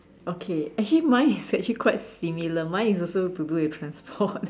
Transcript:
okay actually mine is actually quite similar mine is also to do with transport